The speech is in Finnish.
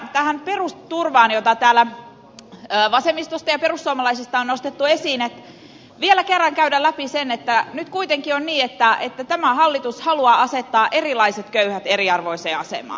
haluaisin tästä perusturvasta jota täällä vasemmistosta ja perussuomalaisista on nostettu esiin vielä kerran käydä läpi sen että nyt kuitenkin on niin että tämä hallitus haluaa asettaa erilaiset köyhät eriarvoiseen asemaan